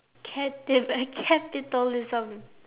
capi~ capitalism